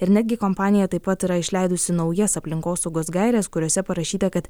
ir netgi kompanija taip pat yra išleidusi naujas aplinkosaugos gaires kuriose parašyta kad